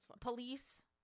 Police